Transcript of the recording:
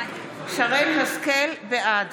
בעד